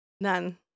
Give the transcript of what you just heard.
None